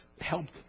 helped